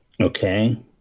Okay